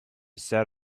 set